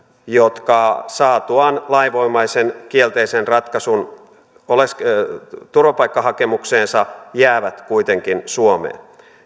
jotka saatuaan lainvoimaisen kielteisen ratkaisun turvapaikkahakemukseensa jäävät kuitenkin suomeen